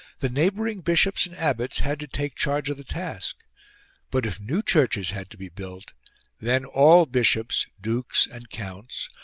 the neighbouring bishops and abbots had to take charge of the task but if new churches had to be built then all bishops, dukes and counts,